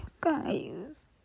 guys